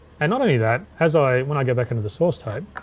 and not only that, as i, when i go back into the source tape,